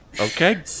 Okay